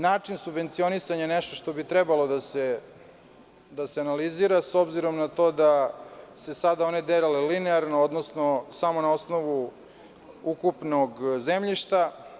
Način subvencionisanja je nešto što bi trebalo da se analizira, s obzirom na to da se sada one dele linearno, odnosno samo na osnovu ukupnog zemljišta.